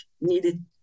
needed